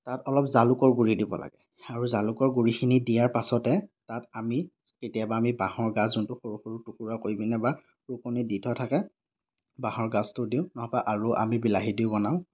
তাত অলপ জালুকৰ গুৰি দিব লাগে আৰু জালুকৰ গুৰিখিনি দিয়াৰ পাছতে তাত আমি কেতিয়াবা আমি বাঁহৰ গাজ যোনটো সৰু সৰু টুকুৰা কৰি পিনে বা দি থোৱা থাকে বাঁহৰ গাজটো দিওঁ নহ'বা আৰু আমি বিলাহী দিও বনাওঁ